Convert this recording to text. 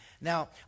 Now